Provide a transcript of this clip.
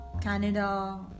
Canada